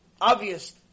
obvious